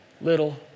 little